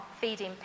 feeding